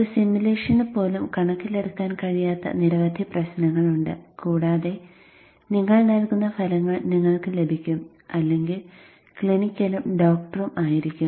ഒരു സിമുലേഷന് പോലും കണക്കിലെടുക്കാൻ കഴിയാത്ത നിരവധി പ്രശ്നങ്ങളുണ്ട് കൂടാതെ നിങ്ങൾ നൽകുന്ന ഫലങ്ങൾ നിങ്ങൾക്ക് ലഭിക്കും അല്ലെങ്കിൽ ക്ലിനിക്കലും ഡോക്ടറും ആയിരിക്കും